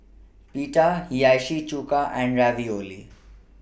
Pita Hiyashi Chuka and Ravioli